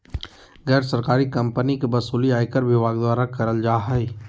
गैर सरकारी कम्पनी के वसूली आयकर विभाग द्वारा करल जा हय